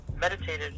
meditated